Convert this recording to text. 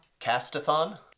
Castathon